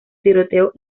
tiroteo